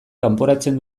kanporatzen